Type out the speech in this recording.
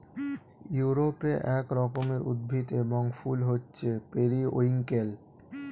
ইউরোপে এক রকমের উদ্ভিদ এবং ফুল হচ্ছে পেরিউইঙ্কেল